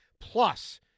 plus